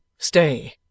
Stay